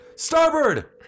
Starboard